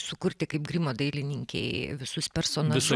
sukurti kaip grimo dailininkei visus personažus